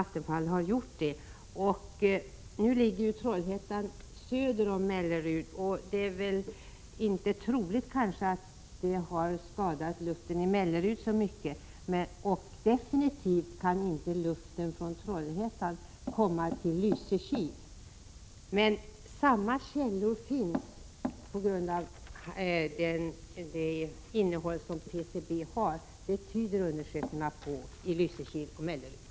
Trollhättan ligger ju söder om Mellerud, och det är inte troligt att luften i Mellerud har skadats särskilt mycket härvidlag. Definitivt kan inte luften från Trollhättan komma till Lysekil. Men samma källor finns på grund av det innehåll som PCB har. Det tyder undersökningarna i Lysekil och Mellerud på.